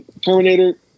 Terminator